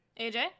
AJ